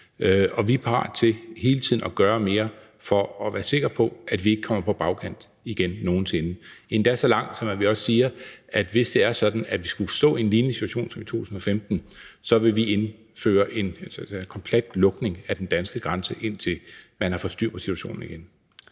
og vi er parat til hele tiden at gøre mere for at være sikre på, at vi ikke nogen sinde igen kommer på bagkant. Vi vil endda gå så langt, som at vi også siger, at vi, hvis det er sådan, at vi skulle stå i en lignende situation som i 2015, vil indføre en komplet lukning af den danske grænse, indtil man har fået styr på situationen igen.